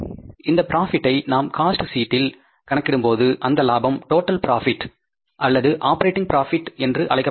ஆகவே இப்ராபிட்டை நாம் காஸ்ட் சீட்டில் கணக்கிடும்போது அந்த லாபம் டோடல் ப்ராபிட் அல்லது ஆபெரடிங் ப்ராபிட் என்று அழைக்கப்படுகிறது